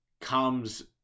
comes